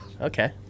Okay